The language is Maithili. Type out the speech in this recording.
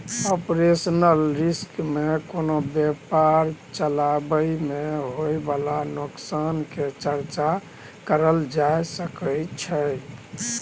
ऑपरेशनल रिस्क में कोनो व्यापार चलाबइ में होइ बाला नोकसान के चर्चा करल जा सकइ छइ